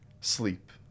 sleep